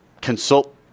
consult